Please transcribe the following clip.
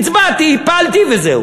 הצבעתי, הפלתי וזהו.